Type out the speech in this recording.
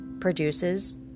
produces